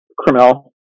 criminal